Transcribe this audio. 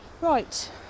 right